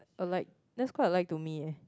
alike that's quite alike to me eh